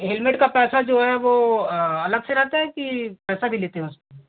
helmet का पैसा जो है वह अलग से रहता है कि पैसा भी लेते हैं उस पर